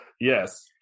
yes